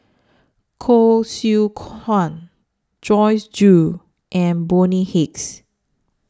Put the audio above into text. Koh Seow Chuan Joyce Jue and Bonny Hicks